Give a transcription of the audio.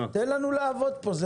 תן לנו לעבוד פה.